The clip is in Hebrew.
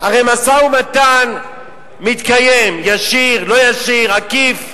הרי משא-ומתן מתקיים, ישיר, לא ישיר, עקיף.